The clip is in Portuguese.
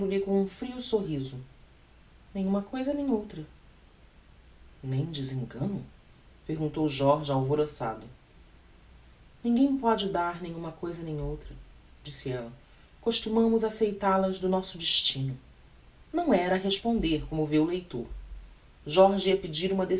dizendo-lhe com um frio sorriso nem uma nem outra cousa nem desengano perguntou jorge alvoroçado ninguem pode dar nem uma cousa nem outra disse ella costumamos acceital as do nosso destino não era responder como vê o leitor jorge ia pedir uma